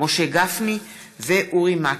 משה גפני ואורי מקלב.